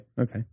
Okay